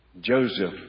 Joseph